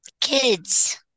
Kids